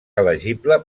elegible